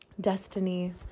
Destiny